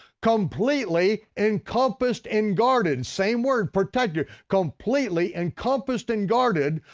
completely encompassed and guarded, same word, protected, completely encompassed and guarded,